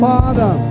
Father